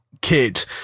kid